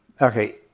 Okay